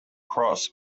cross